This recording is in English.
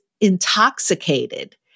intoxicated